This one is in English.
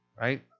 right